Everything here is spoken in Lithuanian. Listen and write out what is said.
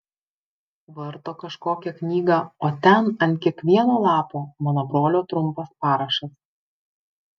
varto kažkokią knygą o ten ant kiekvieno lapo mano brolio trumpas parašas